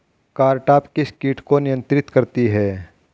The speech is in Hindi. कारटाप किस किट को नियंत्रित करती है?